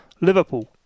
Liverpool